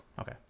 okay